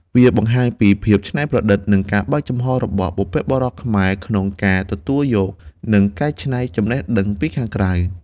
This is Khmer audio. វាបង្ហាញពីភាពច្នៃប្រឌិត និងការបើកចំហររបស់បុព្វបុរសខ្មែរក្នុងការទទួលយក និងកែច្នៃចំណេះដឹងពីខាងក្រៅ។